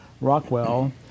Rockwell